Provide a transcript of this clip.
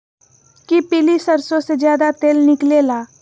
कि पीली सरसों से ज्यादा तेल निकले ला?